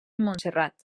montserrat